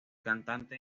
cantante